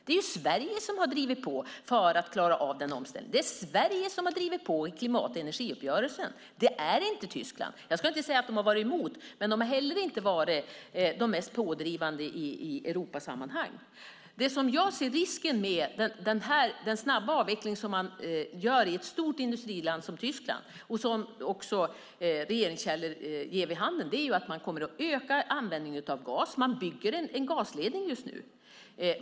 Det är Sverige som har drivit på för att klara av den omställningen. Det är Sverige som har drivit på i klimat och energiuppgörelsen. Det är inte Tyskland. Jag ska inte säga att de har varit emot, men de har heller inte varit de mest pådrivande i Europasammanhang. Den risk jag ser med den snabba avveckling man nu gör i ett stort industriland som Tyskland, vilket också regeringskällor ger vid handen, är att man kommer att öka användningen av gas. Man bygger just nu en gasledning.